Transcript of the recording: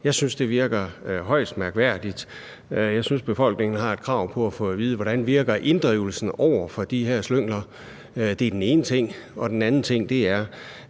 Jeg synes, det virker højst mærkværdigt. Jeg synes, at befolkningen har et krav på at få at vide, hvordan inddrivelsen virker over for de her slyngler. Det er den ene ting. Den anden ting er,